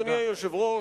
אדוני היושב-ראש,